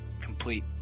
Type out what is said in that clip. complete